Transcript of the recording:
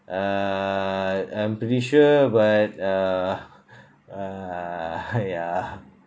uh I'm pretty sure but uh uh I uh